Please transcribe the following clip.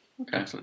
Okay